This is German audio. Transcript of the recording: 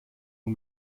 nur